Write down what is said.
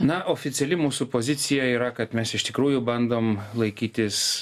na oficiali mūsų pozicija yra kad mes iš tikrųjų bandom laikytis